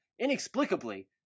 inexplicably